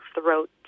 throat